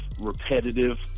repetitive